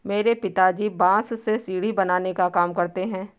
मेरे पिताजी बांस से सीढ़ी बनाने का काम करते हैं